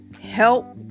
help